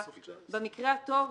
במקרה הטוב